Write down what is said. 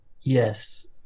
Yes